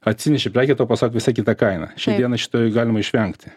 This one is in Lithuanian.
atsineši prekę tau pasako visai kitą kainą šiandieną šito galima išvengti